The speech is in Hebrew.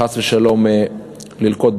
חס ושלום, לנקוט שחיתות.